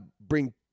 bring